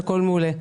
הכול מעולה,